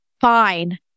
fine